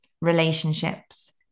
relationships